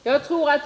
Herr talman!